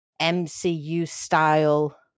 MCU-style